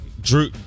Drew